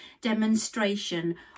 demonstration